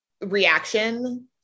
reaction